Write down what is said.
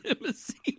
limousine